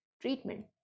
treatment